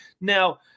Now